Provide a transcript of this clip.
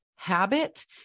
habit